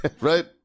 Right